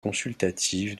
consultative